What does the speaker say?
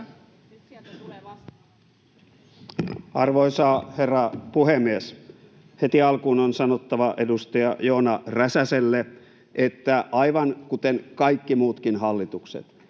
Arvoisa herra puhemies! Heti alkuun on sanottava edustaja Joona Räsäselle, että aivan kuten kaikissa muissakin hallituksissa,